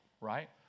right